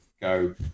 Go